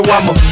I'ma